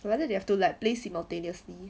whether they have to like place simultaneously